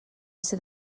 sydd